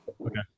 Okay